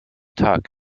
tag